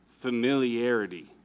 familiarity